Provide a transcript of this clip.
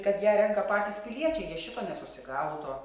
kad ją renka patys piliečiai šito nesusigaudo